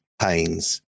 pains